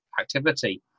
activity